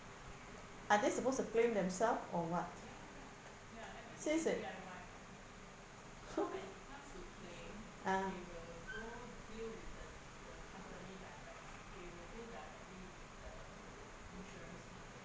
are they suppose to claim themselves or what since they ah